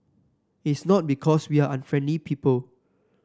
it's not because we are unfriendly people